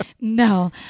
No